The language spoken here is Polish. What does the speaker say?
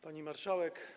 Pani Marszałek!